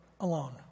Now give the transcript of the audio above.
alone